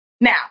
Now